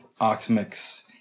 Oxmix